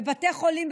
בבתי חולים,